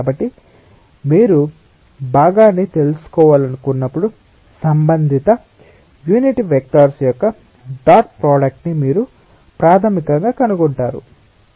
కాబట్టి మీరు భాగాన్ని తెలుసుకోవాలనుకున్నప్పుడు సంబంధిత యూనిట్ వెక్టర్స్ యొక్క డాట్ ప్రోడక్ట్ ని మీరు ప్రాథమికంగా కనుగొంటారు